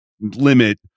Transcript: limit